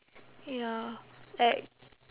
ya like